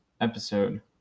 episode